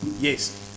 yes